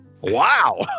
wow